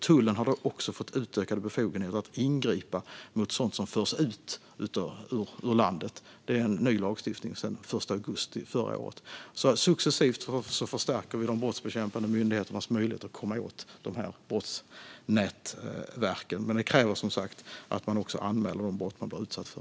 Tullen har också fått utökade befogenheter att ingripa mot sådant som förs ut ur landet, vilket är ny lagstiftning sedan den 1 augusti förra året. Successivt förstärker vi alltså de brottsbekämpande myndigheternas möjlighet att komma åt de här brottsnätverken. Men det kräver som sagt att man också anmäler de brott man blir utsatt för.